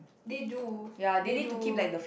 they do they do